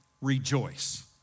rejoice